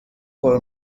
per